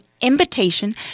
invitation